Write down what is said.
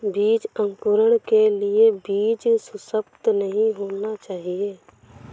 बीज अंकुरण के लिए बीज सुसप्त नहीं होना चाहिए